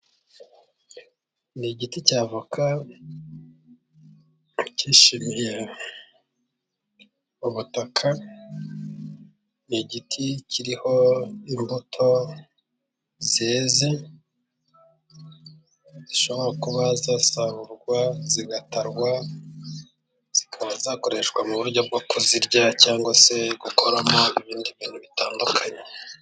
Ni igiti cya avoka kishimiye ubutaka, ni igiti kiriho imbuto zeze zishobora kuba zasarurwa zigatarwa zikaba zakoreshwa mu buryo bwo ku zirya cyangwa se gukoramo ibindi bintu bitandukanye.